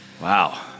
Wow